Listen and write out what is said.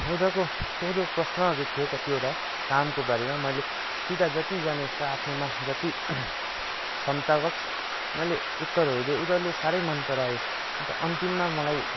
उनीहरूको सोझो प्रश्नहरू थियो कतिवटा कामको बारेमा मैले सीधा जति जानेको छ आफ्नोमा जति क्षमतावश मैले उत्तरहरू दिएँ उनीहरूले साह्रै मन परायो अन्तिममा मलाई